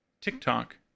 TikTok